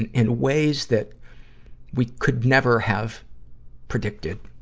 and in ways that we could never have predicted.